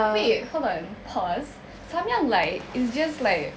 wait hold on pause Samyang light is just like